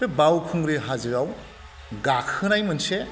बे बाउखुंग्रि हाजोआव गाखोनाय मोनसे